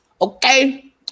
Okay